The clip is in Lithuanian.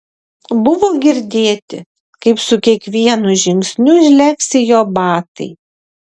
buvo girdėti kaip su kiekvienu žingsniu žlegsi jo batai